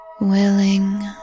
Willing